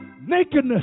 nakedness